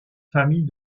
famille